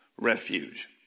Refuge